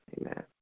Amen